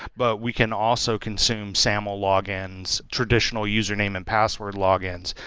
but we can also consume sample logins, traditional username and password logins,